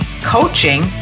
coaching